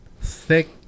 thick